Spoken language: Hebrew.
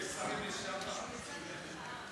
הוא פה,